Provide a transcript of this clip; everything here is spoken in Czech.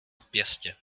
pěstě